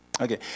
Okay